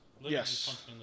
Yes